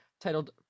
titled